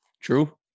True